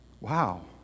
Wow